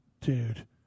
dude